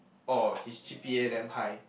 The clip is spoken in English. orh his G_P_A damn high